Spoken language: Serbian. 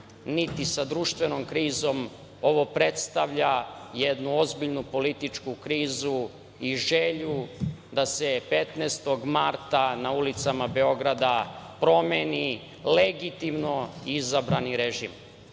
niti sa društvenom krizom, ovo predstavlja jednu ozbiljnu političku krizu i želju da se 15. marta na ulicama Beograda promeni legitimno izabrani režim.Zašto